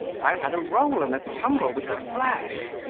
i have had a roll and tumble with the flesh.